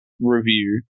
review